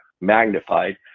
magnified